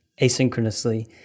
asynchronously